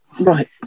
right